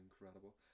incredible